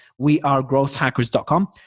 Wearegrowthhackers.com